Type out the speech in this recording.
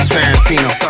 Tarantino